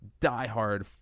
diehard